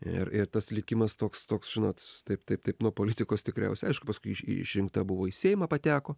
ir tas likimas toks toks žinot taip taip taip nuo politikos tikriausiai aišku paskui išrinkta buvo į seimą pateko